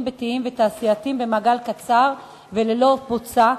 ביתיים ותעשייתיים במעגל קצר וללא בוצה,